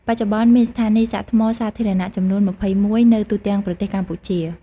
បច្ចុប្បន្ន មានស្ថានីយ៍សាកថ្មសាធារណៈចំនួន ២១ នៅទូទាំងប្រទេសកម្ពុជា។